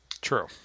True